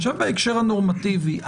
אני שואל בהקשר הנורמטיבי.